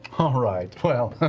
ah right, well.